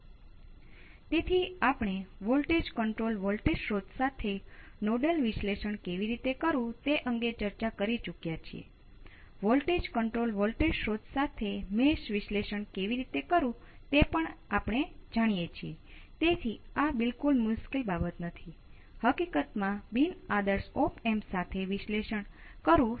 પરંતુ આપણે તે બાબતોને ખૂબ જ વિગતવાર રીતે જોઈ રહ્યા છીએ કારણ કે આપણે સર્કિટ ના વર્તન વિશે કેટલીક આંતરદૃષ્ટિ મેળવવા માંગીએ છીએ